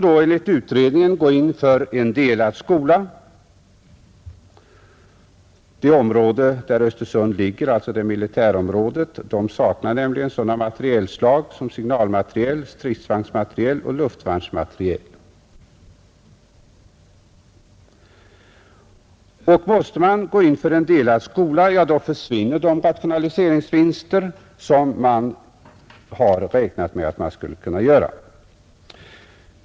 Det militärområde där Östersund ligger saknar nämligen signalmateriel, stridsvagnsmateriel och luftvärnsmateriel. Man måste då enligt utredningen gå in för en delad skola, och gör man det så försvinner de rationaliseringsvinster som man räknat med att kunna göra.